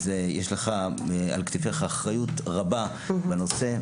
יש על כתפייך אחריות רבה בנושא,